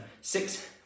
six